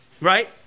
Right